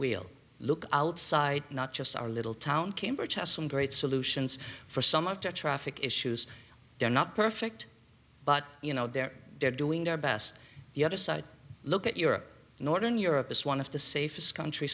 wheel look outside not just our little town cambridge has some great solutions for some of the traffic issues they're not perfect but you know they're they're doing their best the other side look at europe northern europe is one of the safest countr